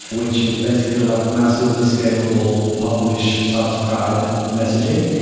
which is basically like massively scalable publish subscribe messaging,